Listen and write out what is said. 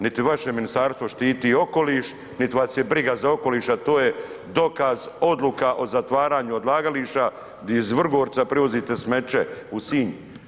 Niti vaše ministarstvo štiti okoliš niti vas je briga za okoliš, a to je dokaz odluka o zatvaranju odlagališta gdje iz Vrgorca prevozite smeće u Sinj.